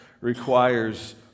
requires